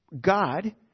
God